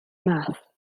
math